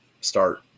start